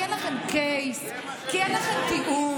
כי אין לכם קייס, כי אין לכם טיעון.